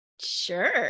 Sure